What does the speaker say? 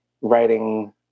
writing